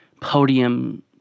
podium